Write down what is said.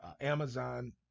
Amazon